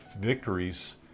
victories